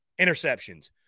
interceptions